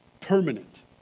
permanent